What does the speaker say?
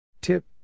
Tip